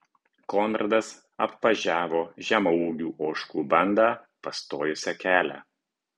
konradas apvažiavo žemaūgių ožkų bandą pastojusią kelią